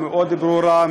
מאוד ברורה,